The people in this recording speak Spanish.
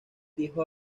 dijo